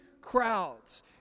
crowds